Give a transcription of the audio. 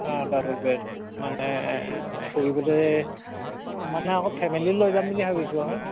অঁ double bed মানে ফুৰিবলৈ মানে আকৌ ফেমিলী লৈ যাম বুলি ভাবিছোঁ আৰু